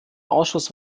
ausschuss